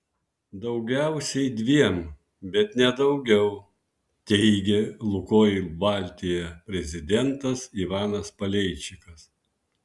daugiausiai dviem bet ne daugiau teigė lukoil baltija prezidentas ivanas paleičikas